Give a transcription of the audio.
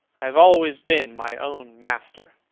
have always been my own master